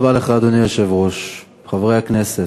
אדוני היושב-ראש, תודה רבה לך, חברי הכנסת,